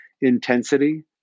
intensity